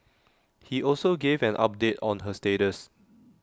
he also gave an update on her status